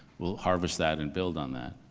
we'll harvest that and build on that.